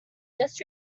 just